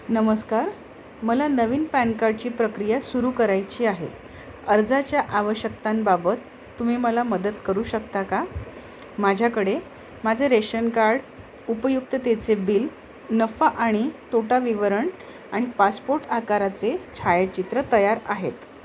नमस्कार मला नवीन पॅन कार्डची प्रक्रिया सुरू करायची आहे अर्जाच्या आवश्यकतांबाबत तुम्ही मला मदत करू शकता का माझ्याकडे माझे रेशन कार्ड उपयुक्ततेचे बिल नफा आणि तोटा विवरण आणि पासपोर्ट आकाराचे छायाचित्र तयार आहेत